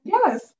Yes